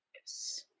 Yes